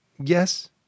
Yes